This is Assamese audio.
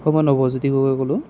হয় মই নৱজ্যোতি গগৈয়ে ক'লো